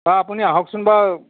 বাৰু আপুনি আহকচোন বাৰু